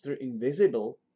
Invisible